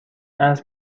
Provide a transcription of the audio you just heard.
اسب